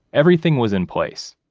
everything was in place.